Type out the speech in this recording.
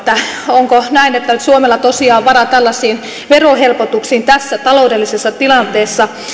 onko näin että suomella tosiaan on varaa tällaisiin verohelpotuksiin tässä taloudellisessa tilanteessa